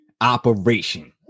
Operation